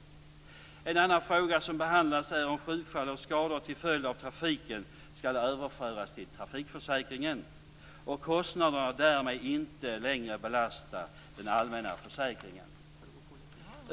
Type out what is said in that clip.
En annan fråga som behandlats är om sjukfall och skador till följd av trafiken skall överföras till trafikförsäkringen och kostnaderna därmed inte längre belasta den allmänna försäkringen.